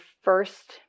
first